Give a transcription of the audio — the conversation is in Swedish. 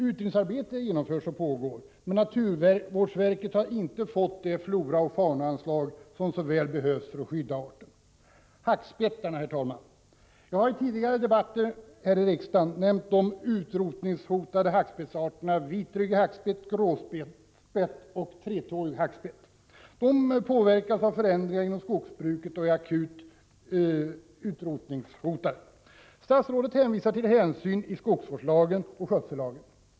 Utredningsarbete pågår, men naturvårdsverket har inte fått det floraoch faunaanslag som så väl behövs för att skydda arten. Jag har tidigare i debatter i riksdagen nämnt de utrotningshotade hackspettsarterna vitryggig hackspett, gråspett och tretåig hackspett. De påverkas av förändringar inom skogsbruket och är akut utrotningshotade. Statsrådet hänvisar till föreskrifter om hänsyn i skogsvårdslagen och skötsellagen.